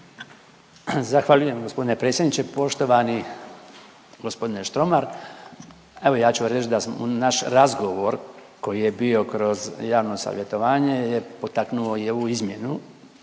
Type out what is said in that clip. Zahvaljujem g. predsjedniče. Poštovani g. Štromar, evo ja ću reć da smo u naš razgovor koji je bio kroz javno savjetovanje potaknuo je ovu izmjenu